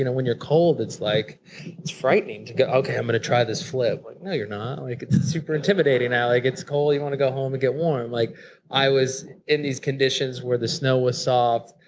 you know when you're cold it's like it's frightening to go, okay, i'm going to try this flip. no, you're not. like it's super intimidating now, like it's cold, you want to go home and get warm. like i was in these conditions where the snow was soft,